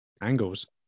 Angles